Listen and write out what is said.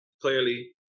clearly